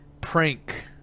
Prank